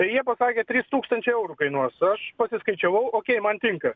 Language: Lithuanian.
tai jie pasakė trys tūkstančiai eurų kainuos aš pasiskaičiavau okei man tinka